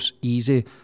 easy